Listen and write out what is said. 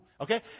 Okay